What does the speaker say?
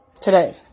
today